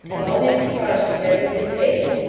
all these precautions having been taken,